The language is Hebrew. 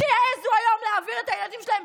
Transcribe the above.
שיעזו היום להעביר את הילדים שלהם,